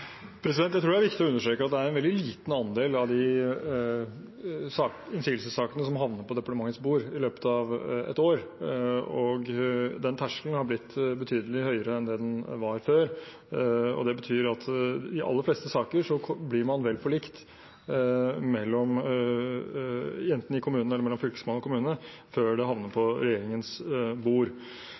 Jeg tror det er viktig å understreke at det er en veldig liten andel av innsigelsessakene som havner på departementets bord i løpet av et år. Den terskelen har blitt betydelig høyere enn den var før. Det betyr at i de aller fleste saker blir man vel forlikt – enten i kommunen eller mellom Fylkesmannen og kommunen – før det havner på regjeringens bord.